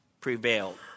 prevailed